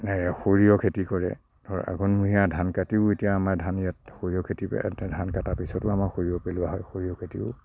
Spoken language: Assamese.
সৰিয়হ খেতি কৰে আৰু আঘোণমহীয়া ধান কাটিও এতিয়া আমাৰ ধান ইয়াত সৰিয়হ খেতি ধান কটাৰ পিছতো আমাৰ সৰিয়হ পেলোৱা হয় সৰিয়হ খেতিও